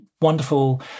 wonderful